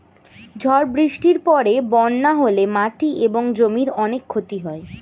ঝড় বৃষ্টির পরে বন্যা হলে মাটি এবং জমির অনেক ক্ষতি হয়